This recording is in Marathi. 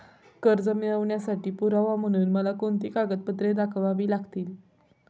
कर्ज मिळवण्यासाठी पुरावा म्हणून मला कोणती कागदपत्रे दाखवावी लागतील?